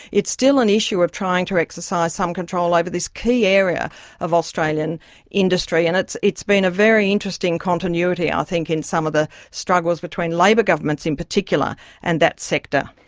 it's still an issue of trying to exercise some control over but this key area of australian industry. and it's it's been a very interesting continuity, i think, in some of the struggles between labor governments in particular and that sector.